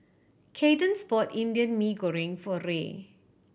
Kadence bought Indian Mee Goreng for Ray